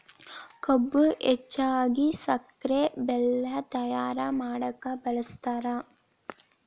ಕಬ್ಬು ಹೆಚ್ಚಾಗಿ ಸಕ್ರೆ ಬೆಲ್ಲ ತಯ್ಯಾರ ಮಾಡಕ ಬಳ್ಸತಾರ